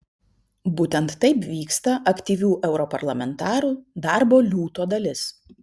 būtent taip vyksta aktyvių europarlamentarų darbo liūto dalis